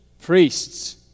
priests